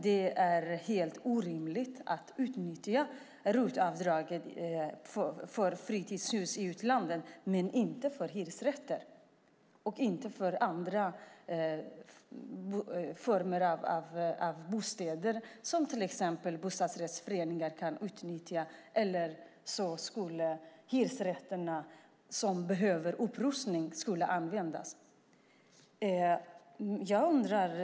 Det är helt orimligt att man kan utnyttja ROT-avdraget för fritidshus i utlandet men inte för hyresrätter som behöver upprustning eller andra former av bostäder, så att till exempel bostadsrättsföreningar skulle kunna utnyttja det.